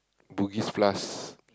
Bugis-Plus